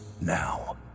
Now